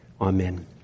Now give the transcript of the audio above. Amen